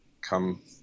come